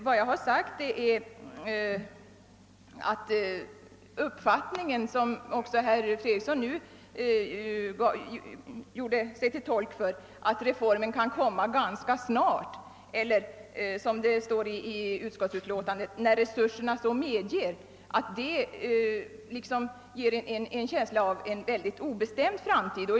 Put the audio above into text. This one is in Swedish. Vad jag sagt är att utskottsutlåtandet gett mig intrycket att man vill skjuta frågan på en obestämd framtid. Utlåtandets »när resurserna så medger» och herr Fredrikssons nu uttalade förhoppningar om en lösning »inom en snar framtid» förstärker det intrycket.